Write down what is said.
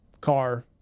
car